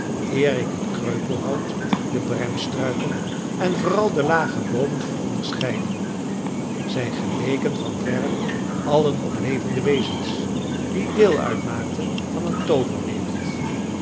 ik het kreupelhout de bremstruiken en vooral de lage boomen kon onderscheiden zij geleken van verre allen op levende wezens die deel uitmaakten van een